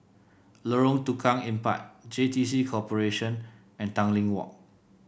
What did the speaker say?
Lorong Tukang Empat J T C Corporation and Tanglin Walk